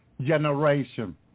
generation